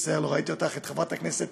מצטער, לא ראיתי אותך, חברת הכנסת